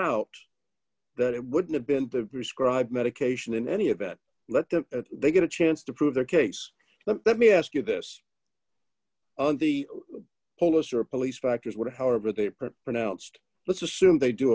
out that it would have been the scribed medication in any event let them they get a chance to prove their case let me ask you this and the polish your police factors would however they pronounced let's assume they do